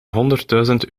honderdduizend